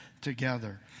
together